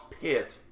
pit